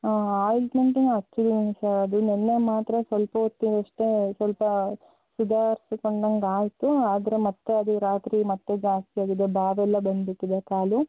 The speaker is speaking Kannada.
ಆಯಿಂಟ್ಮೆಂಟೂನು ಹಚ್ಚಿದೀನಿ ಸರ್ ಅದು ನೆನ್ನೆ ಮಾತ್ರ ಸ್ವಲ್ಪ ಹೊತ್ತು ಅಷ್ಟೆ ಸ್ವಲ್ಪ ಸುಧಾರ್ಸಿಕೊಂಡಂಗಾಯ್ತು ಆದರೆ ಮತ್ತೆ ಅದೇ ರಾತ್ರಿ ಮತ್ತೆ ಜಾಸ್ತಿ ಆಗಿದೆ ಬಾವೆಲ್ಲ ಬಂದುಬಿಟ್ಟಿದೆ ಕಾಲು